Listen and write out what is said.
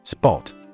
Spot